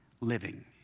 living